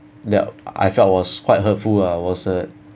that I felt was quite hurtful ah was uh